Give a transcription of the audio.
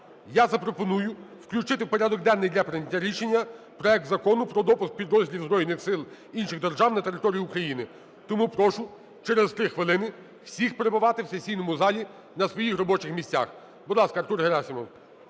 я запропоную включити в порядок денний для прийняття рішення проект Закону про допуск підрозділів збройних сил інших держав на територію України. Тому прошу через 3 хвилини всіх перебувати в сесійному залі на своїх робочих місцях. Будь ласка, Артур Герасимов.